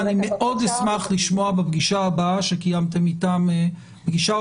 ואני מאוד אשמח לשמוע בפגישה הבאה שקיימתם איתם פגישה,